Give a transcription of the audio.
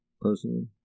personally